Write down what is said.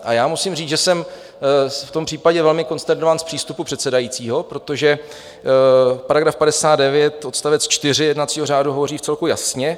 A já musím říct, že jsem v tom případě velmi konsternován z přístupu předsedajícího, protože § 59 odst. 4 jednacího řádu hovoří vcelku jasně: